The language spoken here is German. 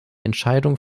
entscheidung